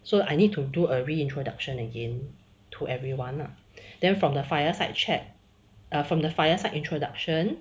so I need to do a reintroduction again to everyone lah then from the fireside chat err from the fireside introduction